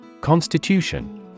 Constitution